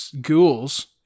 ghouls